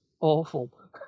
awful